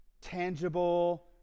tangible